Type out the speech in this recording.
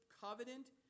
covenant